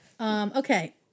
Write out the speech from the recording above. Okay